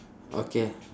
okay